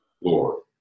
Lord